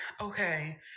okay